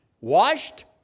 washed